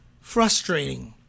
frustrating